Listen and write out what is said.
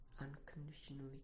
unconditionally